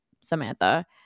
Samantha